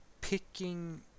picking